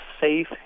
safe